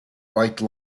white